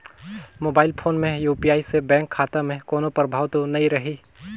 Mobile phone मे UPI से bank खाता मे कोनो प्रभाव तो नइ रही?